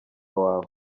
wawe